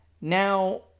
Now